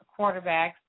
quarterbacks